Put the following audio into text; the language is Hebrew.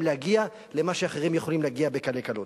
להגיע למה שאחרים יכולים להגיע בקלי קלות.